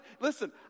listen